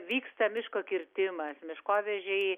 vyksta miško kirtimas miškovežiai